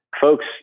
folks